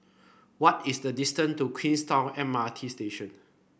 what is the distant to Queenstown M R T Station